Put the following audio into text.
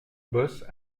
bosse